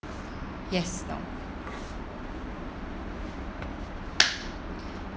yes no